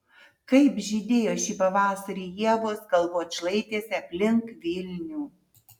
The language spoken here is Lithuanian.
kaip žydėjo šį pavasarį ievos kalvų atšlaitėse aplink vilnių